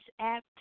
app